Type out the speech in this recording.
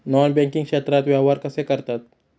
Non banking क्षेत्रात व्यवहार कसे करतात?